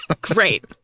Great